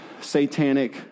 satanic